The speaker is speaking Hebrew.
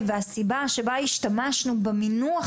והסיבה שהשתמשנו במינוח